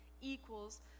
equals